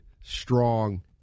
strong